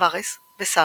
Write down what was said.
וארס וסאווה.